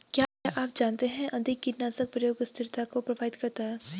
क्या आप जानते है अधिक कीटनाशक प्रयोग स्थिरता को प्रभावित करता है?